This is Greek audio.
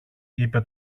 είπε